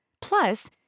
Plus